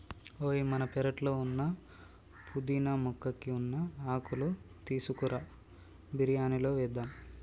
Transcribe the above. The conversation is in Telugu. ఓయ్ మన పెరట్లో ఉన్న పుదీనా మొక్కకి ఉన్న ఆకులు తీసుకురా బిరియానిలో వేద్దాం